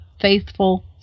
Faithful